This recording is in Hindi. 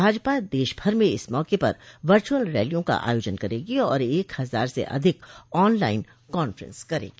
भाजपा देशभर में इस मौके पर वर्चूअल रैलियों का आयोजन करेगी और एक हजार से अधिक ऑनलाइन कांफ्रेंस करेगी